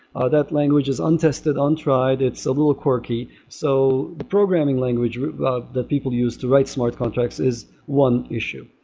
ah that language is untested, untried, it's a little corky. so the programming language ah that people use to use smart contracts is one issue.